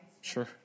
Sure